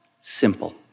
Simple